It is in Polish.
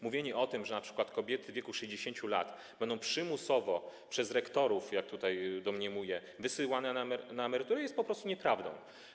Mówienie o tym, że np. kobiety w wieku 60 lat będą przymusowo przez rektorów, jak mniemam, wysyłane na emeryturę, jest po prostu nieprawdą.